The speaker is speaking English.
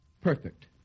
perfect